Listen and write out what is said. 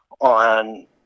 on